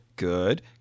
Good